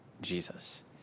Jesus